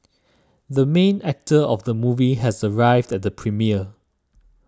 the main actor of the movie has arrived at the premiere